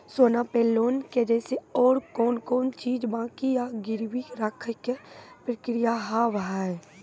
सोना पे लोन के जैसे और कौन कौन चीज बंकी या गिरवी रखे के प्रक्रिया हाव हाय?